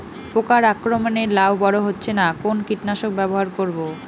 পোকার আক্রমণ এ লাউ বড় হচ্ছে না কোন কীটনাশক ব্যবহার করব?